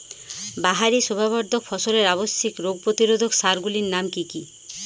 বাহারী শোভাবর্ধক ফসলের আবশ্যিক রোগ প্রতিরোধক সার গুলির নাম কি কি?